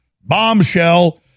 bombshell